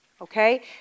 okay